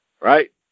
Right